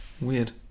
weird